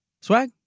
Swag